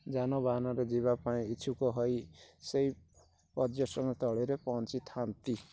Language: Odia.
ଯାନବାହାନରେ ଯିବାପାଇଁ ଇଛୁକ ହୋଇ ସେଇ ପର୍ଯ୍ୟଟନ ସ୍ତଳୀରେ ପହଞ୍ଚିଥାଆନ୍ତି